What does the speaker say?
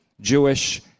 Jewish